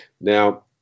Now